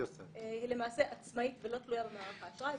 היא עצמאית ולא תלויה במערך האשראי,